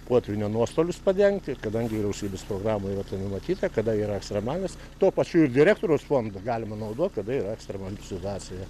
potvynio nuostolius padengti ir kadangi vyriausybės programoje tai numatyta kada yra ekstremalios tuo pačiu ir direktoriaus fondą galima naudot kada yra ekstremali situacija